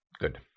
good